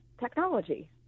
technology